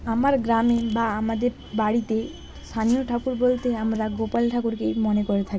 আমার গ্রামে বা আমাদের বাড়িতে স্থানীয় ঠাকুর বলতে আমরা গোপাল ঠাকুরকেই মনে করে থাকি